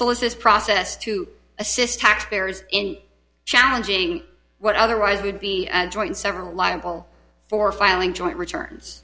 solicits process to assist taxpayers in challenging what otherwise would be joint several liable for filing joint returns